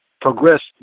progress